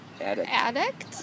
Addict